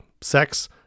Sex